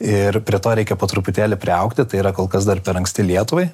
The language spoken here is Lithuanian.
ir prie to reikia po truputėlį priaugti tai yra kol kas dar per anksti lietuvai